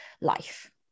life